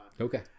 Okay